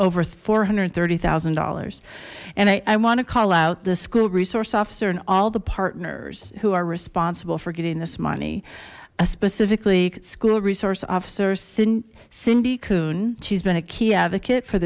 news four hundred and thirty thousand dollars and i want to call out the school resource officer and all the partners who are responsible for getting this money a specifically school resource officers sin cindy koon she's been a key advocate for